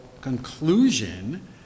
conclusion